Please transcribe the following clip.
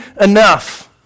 enough